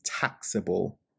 taxable